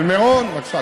על מירון, בבקשה.